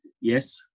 Yes